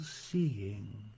seeing